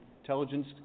intelligence